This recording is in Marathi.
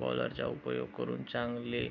बॅलरचा उपयोग करून चांगले